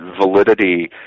validity